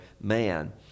man